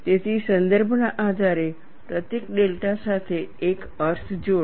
તેથી સંદર્ભના આધારે પ્રતીક ડેલ્ટા સાથે એક અર્થ જોડો